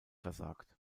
versagt